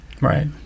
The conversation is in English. Right